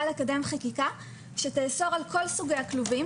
לקדם חקיקה שתאסור על כל סוגי הכלובים